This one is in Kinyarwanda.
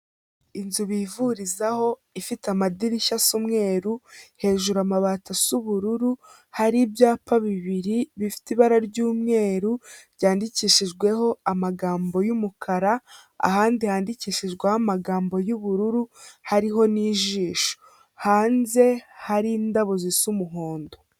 Inzu bivurizaho ifite amadirishya asa umweru hejuru amabati asa ubururu, hari ibyapa bibiri bifite ibara ry'umweru byandikishijweho amagambo y'umukara, ahandi handikishijweho amagambo y'ubururu hariho n'ijisho, hanze hari indabyo zisa umuhondo.